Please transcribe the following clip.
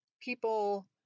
people